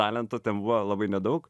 talento ten buvo labai nedaug